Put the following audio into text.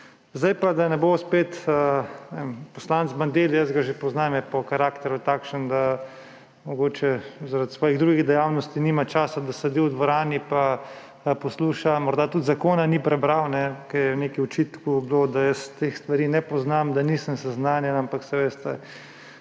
Zdaj pa, da ne bo spet, ne vem, poslanec Bandelli, jaz ga že poznam, je po karakterju takšen, da mogoče zaradi svojih drugih dejavnosti nima časa, da sedi v dvorani pa posluša, morda tudi zakona ni prebral, ker je bilo nekaj očitkov, da jaz teh stvari ne poznam, da nisem seznanjen. Ampak saj veste,